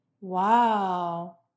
Wow